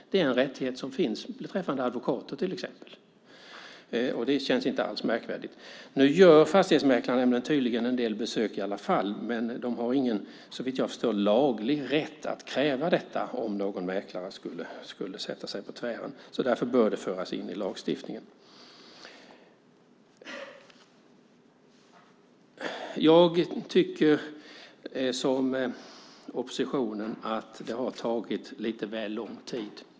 Det är en rättighet som finns beträffande till exempel advokater. Det känns inte alls märkvärdigt. Nu gör Fastighetsmäklarnämnden tydligen en del besök i alla fall, men de har såvitt jag förstår ingen laglig rätt att kräva detta om någon mäklare skulle sätta sig på tvären. Därför bör det föras in i lagstiftningen. Jag tycker som oppositionen att det har tagit lite väl lång tid.